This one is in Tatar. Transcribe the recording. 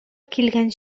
килгән